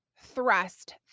thrust